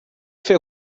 fer